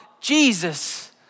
Jesus